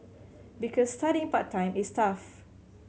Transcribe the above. because studying part time is tough